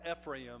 Ephraim